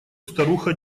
старуха